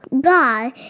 God